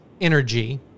energy